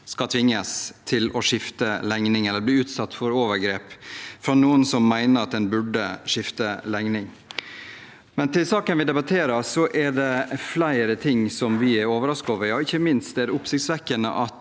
skal tvinges til å skifte legning eller bli utsatt for overgrep fra noen som mener at en burde skifte legning. Men i saken vi debatterer, er det flere ting vi er overrasket over. Ikke minst er det oppsiktsvekkende at